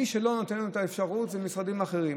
מי שלא נותן לנו את האפשרות זה משרדים אחרים.